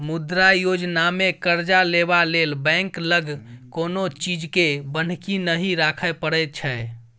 मुद्रा योजनामे करजा लेबा लेल बैंक लग कोनो चीजकेँ बन्हकी नहि राखय परय छै